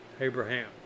Abraham